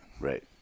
right